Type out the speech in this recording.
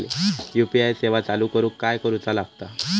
UPI सेवा चालू करूक काय करूचा लागता?